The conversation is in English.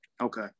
Okay